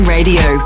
Radio